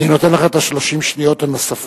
אדוני, אני נותן לך את 30 השניות הנוספות.